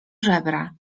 żebra